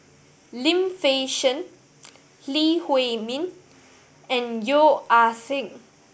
Lim Fei Shen Lee Huei Min and Yeo Ah Seng